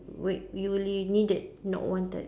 wait you really needed not wanted